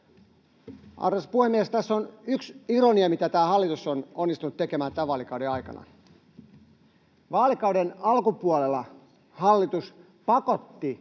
Arvoisa puhemies! Tässä on yksi ironia, mitä tämä hallitus on onnistunut tekemään tämän vaalikauden aikana: Vaalikauden alkupuolella hallitus pakotti